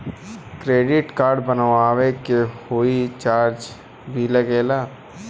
Credit card बनवावे के कोई चार्ज भी लागेला?